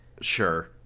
Sure